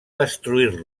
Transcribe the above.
destruir